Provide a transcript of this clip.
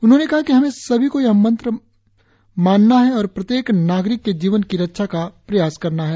उन्होंने कहा कि हमें सभी को यह मंत्र मानना है और प्रत्येक नागरिक के जीवन की रक्षा का प्रयास करना है